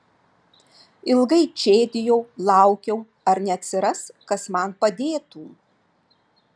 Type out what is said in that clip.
ilgai čėdijau laukiau ar neatsiras kas man padėtų